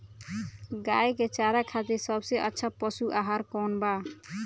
गाय के चारा खातिर सबसे अच्छा पशु आहार कौन बा?